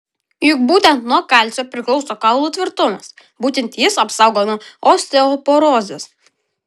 juk būtent nuo kalcio priklauso kaulų tvirtumas būtent jis apsaugo nuo osteoporozės